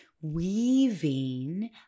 weaving